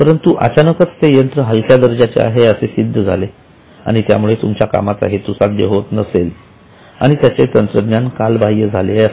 परंतु अचानक ते यंत्र हलक्या दर्जाचे आहे असे सिद्ध झाले आणि त्यामुळे तुमचा कामाचा हेतू साध्य होत नाही किंवा त्याचे तंत्रज्ञान कालबाह्य झालेले आहे